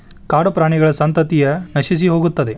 ಕಾಡುಪ್ರಾಣಿಗಳ ಸಂತತಿಯ ನಶಿಸಿಹೋಗುತ್ತದೆ